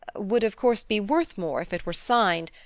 would of course be worth more if it were signed.